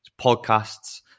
podcasts